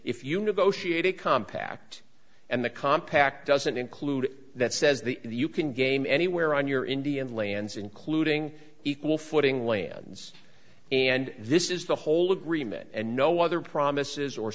if you negotiate a compact and the compact doesn't include that says the you can game anywhere on your indian lands including equal footing lands and this is the whole agreement and no other promises or